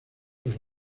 los